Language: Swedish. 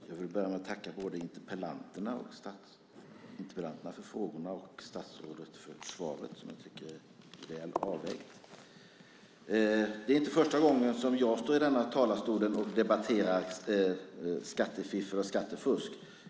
Herr talman! Jag vill börja med att tacka interpellanterna för frågorna och statsrådet för svaret som var väl avvägt. Det är inte första gången jag står i denna talarstol och debatterar skattefiffel och skattefusk.